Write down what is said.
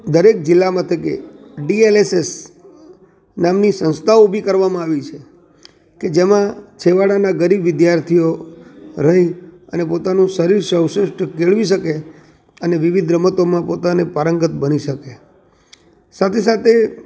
દરેક જિલ્લા મથકે ડીએલએસએસ નામની સંસ્થાઓ ઉભી કરવામાં આવી છે કે જેમાં છેવાડાના ગરીબ વિદ્યાર્થીઓ રહી અને પોતાનું શરીર અવશેષ કેળવી શકે અને વિવિધ રમતોમાં પોતાની અને પારંગત બની શકે સાથે સાથે